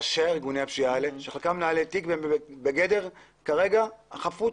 כרגע הם בגדר חפות